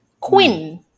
Quinn